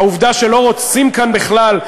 העובדה שלא רוצים כאן בכלל,